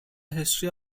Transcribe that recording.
history